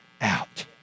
out